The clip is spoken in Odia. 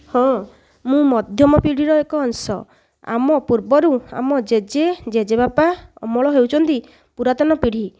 ହଁ ମୁଁ ମଧ୍ୟମ ପିଢ଼ିର ଏକ ଅଂଶ ଆମ ପୂର୍ବରୁ ଆମ ଜେଜେ ଜେଜେବାପା ଅମଳ ହେଉଛନ୍ତି ପୁରାତନ ପିଢ଼ି